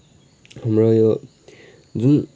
हाम्रो यो जुन